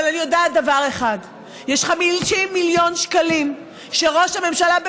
אבל אני יודעת דבר אחד: יש 50 מיליון שקלים שראש הממשלה,